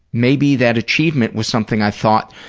maybe that achievement was something i thought